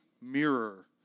mirror